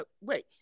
wait